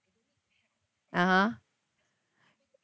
(uh huh)